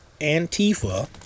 Antifa